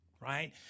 Right